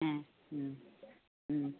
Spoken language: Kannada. ಹಾಂ ಹ್ಞೂ ಹ್ಞೂ